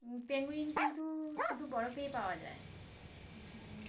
penguin কিন্তু শুধু বরফেই পাওয়া যায়